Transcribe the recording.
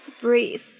breathe